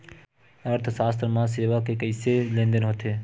अर्थशास्त्र मा सेवा के कइसे लेनदेन होथे?